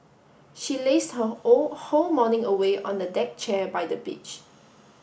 she lazed her all whole morning away on a deck chair by the beach